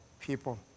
people